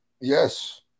Yes